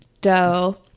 dough